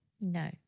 No